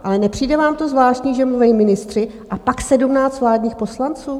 Ale nepřijde vám to zvláštní, že mluví ministři a pak sedmnáct vládních poslanců?